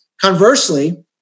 Conversely